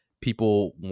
people